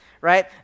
Right